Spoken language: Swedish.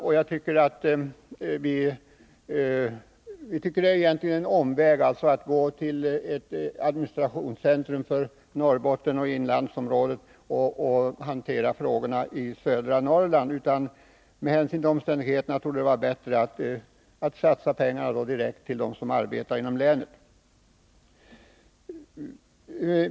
Vi tycker egentligen att det är en omväg att låta ett administrationscentrum för Norrbotten och inlandsområdet hantera frågor som gäller södra Norrland. Med hänsyn till omständigheterna torde det vara bättre att satsa pengarna direkt på länet.